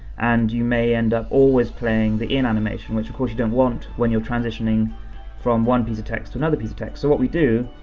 and you may end up always playing the in animation, which of course you don't want when you're transitioning from one piece of text, to another piece of text. so what we do,